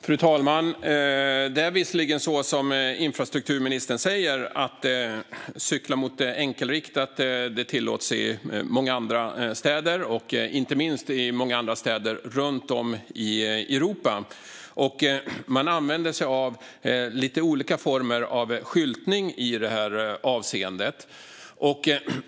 Fru talman! Det är visserligen som infrastrukturministern säger: I många andra städer, inte minst runt om i Europa, tillåts cykling mot enkelriktat. Man använder sig av lite olika former av skyltning i det här avseendet.